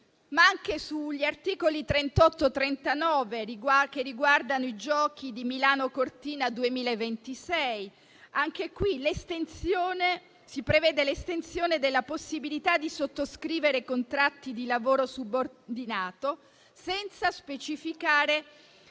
a questo. Negli articoli 38 e 39, che riguardano i giochi di Milano-Cortina 2026, si prevede l'estensione della possibilità di sottoscrivere contratti di lavoro subordinato, senza specificare